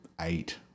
eight